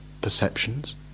perceptions